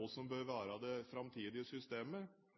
hva som bør være det framtidige systemet.